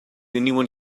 anyone